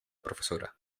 profesora